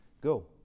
go